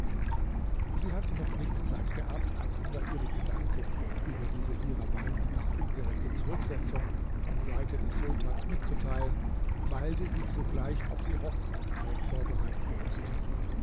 sie hatten noch nicht zeit gehabt einander ihre gedanken über diese ihrer meinung nach ungerechte zurücksetzung von seite des sultans mitzuteilen weil sie sich sogleich auf die hochzeitfeier vorbereiten mußten